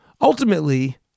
Ultimately